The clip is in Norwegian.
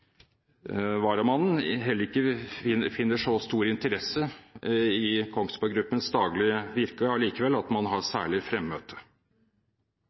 varamannen heller ikke finner så stor interesse i Kongsberg Gruppens daglige virke allikevel at man har særlig fremmøte.